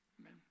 Amen